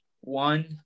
one